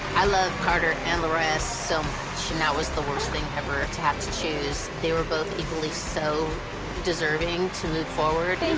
i love carter and larriah so much, and that was the worst thing ever ah to have to choose. they were both equally so deserving to move forward. and